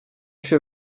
się